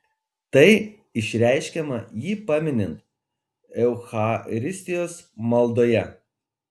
tai išreiškiama jį paminint eucharistijos maldoje